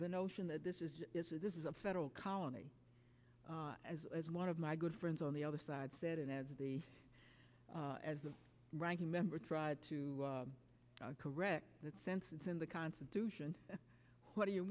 the notion that this is this is a federal colony as as one of my good friends on the other side said and as the as the ranking member tried to correct that sense it's in the constitution what do you